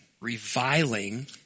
reviling